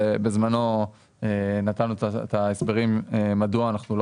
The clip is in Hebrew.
ובזמנו נתנו את ההסברים מדוע אנחנו לא